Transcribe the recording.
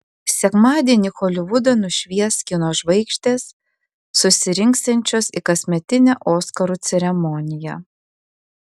sekmadienį holivudą nušvies kino žvaigždės susirinksiančios į kasmetinę oskarų ceremoniją